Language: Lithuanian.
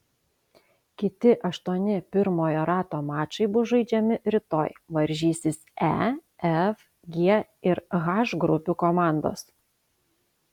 kiti aštuoni pirmojo rato mačai bus žaidžiami rytoj varžysis e f g ir h grupių komandos